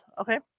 okay